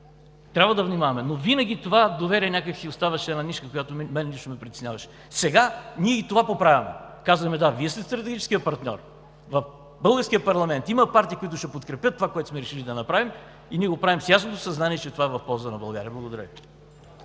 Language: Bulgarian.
Трябва да внимаваме, но винаги това доверие някак си оставаше една нишка, която лично ме притесняваше. Сега това поправяме и казваме: да, Вие сте стратегическият партньор, а в българския парламент има партии, които ще подкрепят това, което сме решили да направим, и го правим с ясното съзнание, че това е в полза на България. Благодаря